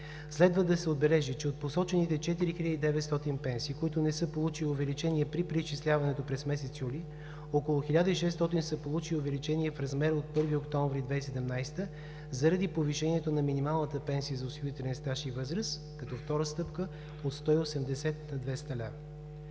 Следва да се отбележи, че от посочените 4900 пенсии, които не са получили увеличение при преизчисляването през месец юли, около 1600 са получили увеличение в размер от 1 октомври 2017 г. заради повишението на минималната пенсия за осигурителен стаж и възраст като втора стъпка от 180 на 200 лв.